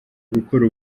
gukora